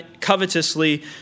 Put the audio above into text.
covetously